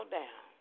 down